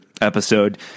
episode